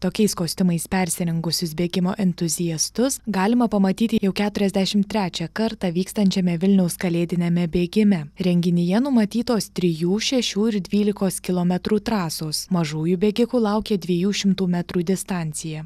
tokiais kostiumais persirengusius bėgimo entuziastus galima pamatyti jau keturiasdešimt trečią kartą vykstančiame vilniaus kalėdiniame bėgime renginyje numatytos trijų šešių ir dvylikos kilometrų trasos mažųjų bėgikų laukia dviejų šimtų metrų distancija